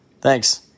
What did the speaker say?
Thanks